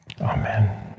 Amen